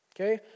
Okay